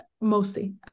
mostly